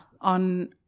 on